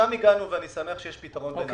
אז לשם הגענו, ואני שמח שיש פתרון בינתיים.